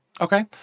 Okay